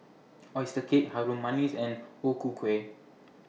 Oyster Cake Harum Manis and O Ku Kueh